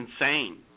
insane